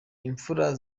imfura